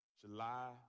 July